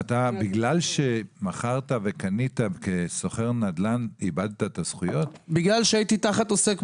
כי קניתי דירות כאשר השתחררתי מהצבא ביחד עם אבא שלי,